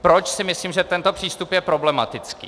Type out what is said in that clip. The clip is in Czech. Proč si myslím, že tento přístup je problematický?